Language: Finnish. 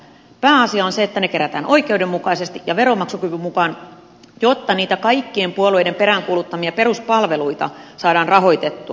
pääasia on se että ne kerätään oikeudenmukaisesti ja veronmaksukyvyn mukaan jotta niitä kaikkien puolueiden peräänkuuluttamia peruspalveluita saadaan rahoitettua